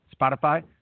Spotify